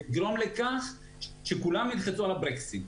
זה יגרום לכך שכולם ילחצו על הברקסים.